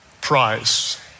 prize